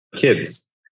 kids